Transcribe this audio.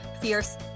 fierce